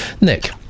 Nick